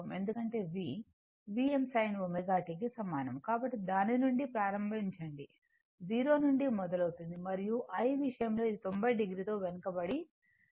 ఎందుకంటే V Vm sin ωt కి సమానం కాబట్టి దాని నుండి ప్రారంభించండి 0 నుండి మొదలవుతుంది మరియు I విషయంలో ఇది 90 o తో వెనుకబడి ఉంది